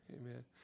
Amen